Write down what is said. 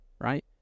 right